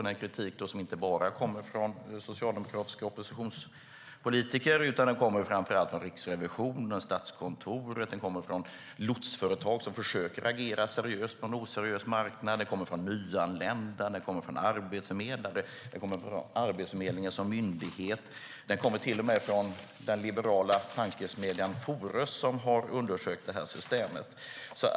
Denna kritik kommer inte bara från socialdemokratiska oppositionspolitiker utan från Riksrevisionen och Statskontoret och från lotsföretag som försöker agera seriöst på en oseriös marknad. Den kommer också från nyanlända, arbetsförmedlare och myndigheten Arbetsförmedlingen. Den kommer till och med från den liberala tankesmedjan Fores som har undersökt detta system.